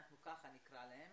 ככה אנחנו נקרא להם,